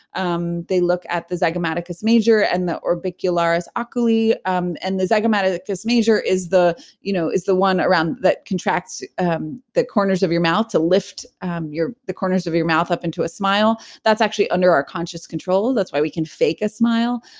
um they look at the psychometric as major and the orbicularis oculi um and the zika this major is the you know is the one around that contracts um the corners of your mouth, to lift your the corners of your mouth up into a smile. that's actually under our conscious control that's why we can fake a smile,